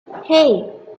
hey